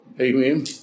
Amen